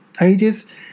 ages